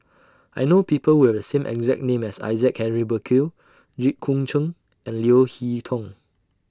I know People Who Have The same exact name as Isaac Henry Burkill Jit Koon Ch'ng and Leo Hee Tong